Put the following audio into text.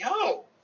yo